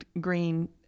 green